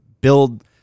build